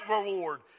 reward